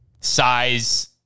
size